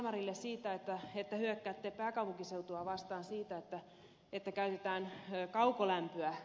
kalmarille siitä että hyökkäätte pääkaupunkiseutua vastaan siitä että käytetään kaukolämpöä